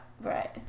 Right